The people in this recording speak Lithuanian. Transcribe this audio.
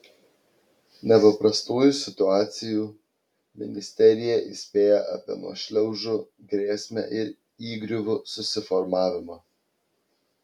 nepaprastųjų situacijų ministerija įspėja apie nuošliaužų grėsmę ir įgriuvų susiformavimą